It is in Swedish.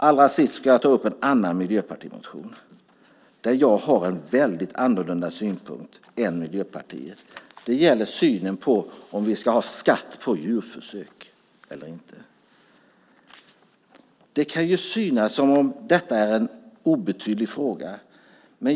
Allra sist ska jag ta upp en annan miljöpartimotion, där jag har en helt annan syn än Miljöpartiet. Det gäller om vi ska ha skatt på djurförsök. Det kan synas som om det är en obetydlig fråga.